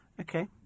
Okay